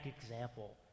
example